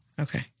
Okay